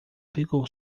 pegou